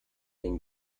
den